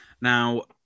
Now